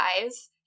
Guys